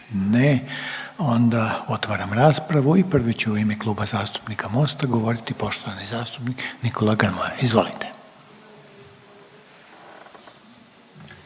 Ne, onda otvaram raspravu i prvi će u ime Kluba zastupnika MOST-a govoriti poštovani zastupnik Nikola Grmoja. Izvolite.